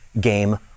Game